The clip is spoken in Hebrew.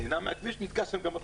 נהנה מהכביש ונתקע בו גם בפקקים.